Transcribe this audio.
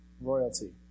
Royalty